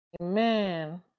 Amen